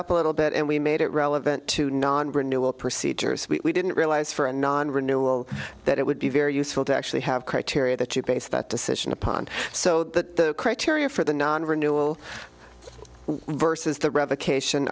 up a little bit and we made it relevant to non renewal procedures we didn't realize for a non renewal that it would be very useful to actually have criteria that you base that decision upon so that the criteria for the non renewal versus the revocation